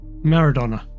Maradona